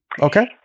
Okay